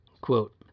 Quote